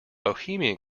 bohemian